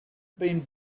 been